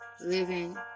living